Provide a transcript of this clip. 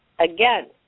Again